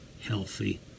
healthy